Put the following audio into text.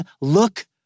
look